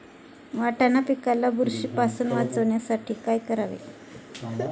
वाटाणा पिकाला बुरशीपासून वाचवण्यासाठी काय करावे?